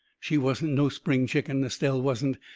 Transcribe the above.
she wasn't no spring chicken, estelle wasn't,